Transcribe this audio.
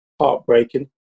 heartbreaking